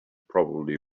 probably